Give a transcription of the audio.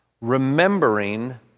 remembering